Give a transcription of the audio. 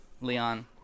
Leon